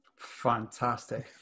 Fantastic